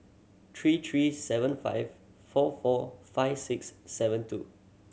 three three seven five four four five six seven two